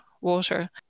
water